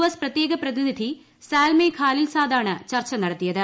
S പ്രത്യേക പ്രതിനിധി സാൽമെ ഖാലിൽസാദാണ് നടത്തിയത്